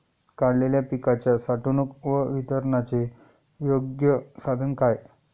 काढलेल्या पिकाच्या साठवणूक व वितरणाचे योग्य साधन काय?